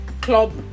Club